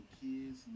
kids